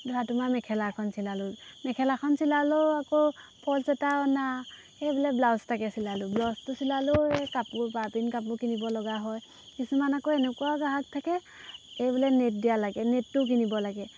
ধৰা তোমাৰ মেখেলাখন চিলালোঁ মেখেলাখন চিলালেও আকৌ ফল্ছ এটা অনা সেই বোলে ব্লাউজ এটাকে চিলালোঁ ব্লাউজটো চিলালেও কাপোৰ বা পিন্ধ কাপোৰ কিনিব লগা হয় কিছুমান আকৌ এনেকুৱা গ্ৰাহক থাকে এই বোলে নেট দিয়া লাগে নেটটোও কিনিব লাগে